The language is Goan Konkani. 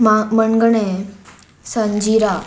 मा मणगणें संजिरा